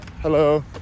hello